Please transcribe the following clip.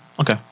okay